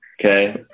Okay